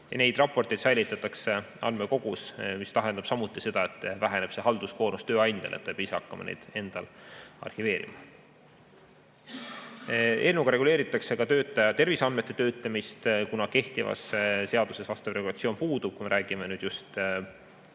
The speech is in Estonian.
Neid raporteid säilitatakse andmekogus, mis tähendab samuti seda, et väheneb tööandja halduskoormus, ta ei pea ise hakkama neid endale arhiveerima. Eelnõuga reguleeritakse ka töötaja terviseandmete töötlemist, kuna kehtivas seaduses vastav regulatsioon puudub, kui me räägime just